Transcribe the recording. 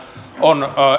on